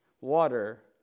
water